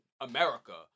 America